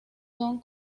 son